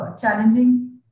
challenging